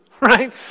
Right